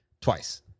twice